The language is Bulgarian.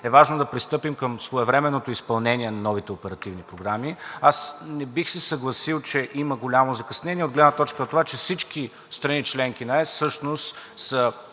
е важно да пристъпим към своевременното изпълнение на новите оперативни програми. Аз не бих се съгласил, че има голямо закъснение от гледна точка на това, че всички страни – членки на Европейския